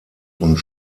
und